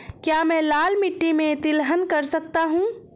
क्या मैं लाल मिट्टी में तिलहन कर सकता हूँ?